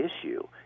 issue